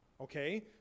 okay